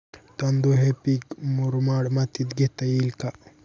तांदूळ हे पीक मुरमाड मातीत घेता येईल का?